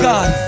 God